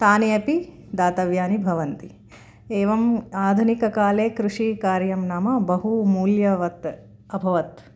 तानि अपि दातव्यानि भवन्ति एवम् आधुनिककाले कृषिकार्यं नाम बहु मूल्यवत् अभवत्